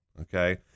Okay